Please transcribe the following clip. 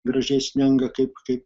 gražiai sninga kaip kaip